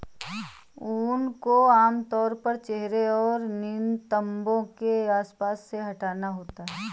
ऊन को आमतौर पर चेहरे और नितंबों के आसपास से हटाना होता है